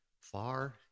far